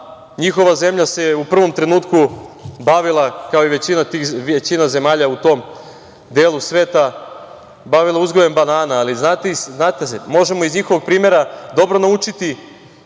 njihova zemlja se u prvom trenutku bavila kao i većina zemalja u tom delu sveta, bavila uzgojem banana, ali znate, možemo iz njihovog primera dobro naučiti